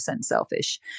selfish